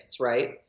right